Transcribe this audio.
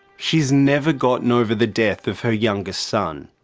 she's never gotten over the death of her youngest son.